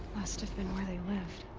must have been where they lived.